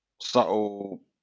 subtle